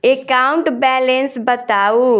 account balance बताउ